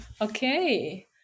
Okay